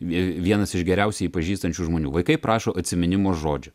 vie vienas iš geriausiai jį pažįstančių žmonių vaikai prašo atsiminimo žodžio